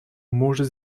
может